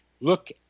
Look